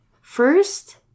First